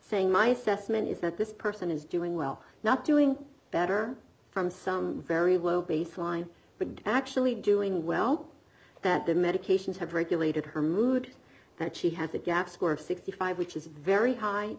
saying my assessment is that this person is doing well not doing better from some very low baseline but actually doing well that the medications have regulated her mood that she has a gap score of sixty five which is very high